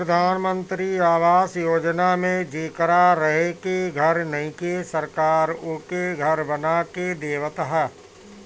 प्रधान मंत्री आवास योजना में जेकरा रहे के घर नइखे सरकार ओके घर बना के देवत ह